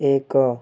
ଏକ